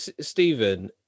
Stephen